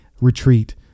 retreat